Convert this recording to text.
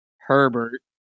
Herbert